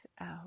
out